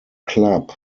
club